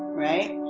right?